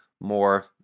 more